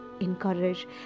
encourage